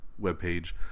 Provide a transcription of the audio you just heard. webpage